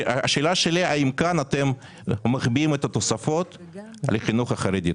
האם כאן אתם מחביאים את התוספות לחינוך החרדי?